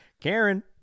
Karen